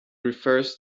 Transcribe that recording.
refers